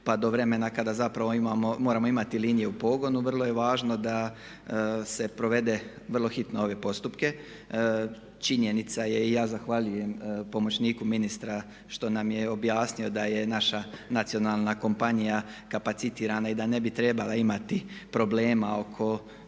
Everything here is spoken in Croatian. pa do vremena kada zapravo moramo imati liniju u pogonu. Vrlo je važno da se provede vrlo hitno ove postupke. Činjenica je i ja zahvaljujem pomoćniku ministra što nam je objasnio da je naša nacionalna kompanija kapacitirana i da ne bi trebala imati problema oko